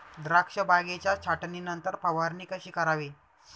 द्राक्ष बागेच्या छाटणीनंतर फवारणी कशी करावी?